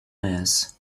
mass